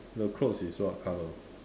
the clothes is what color